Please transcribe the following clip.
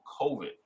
COVID